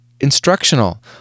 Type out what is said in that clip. instructional